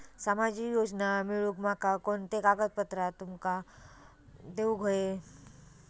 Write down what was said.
सामाजिक योजना मिलवूक माका कोनते कागद तुमका देऊक व्हये?